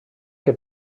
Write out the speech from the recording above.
que